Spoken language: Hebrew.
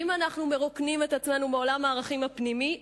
ואם אנחנו מרוקנים את עצמנו מעולם הערכים הפנימי,